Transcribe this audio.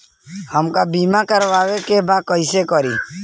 हमका बीमा करावे के बा कईसे करी?